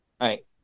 Right